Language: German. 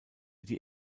die